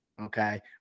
Okay